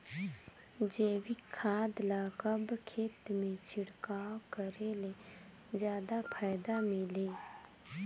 जैविक खाद ल कब खेत मे छिड़काव करे ले जादा फायदा मिलही?